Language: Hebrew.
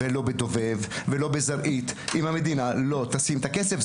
דובב וזרעית אם המדינה לא תשים את הכסף,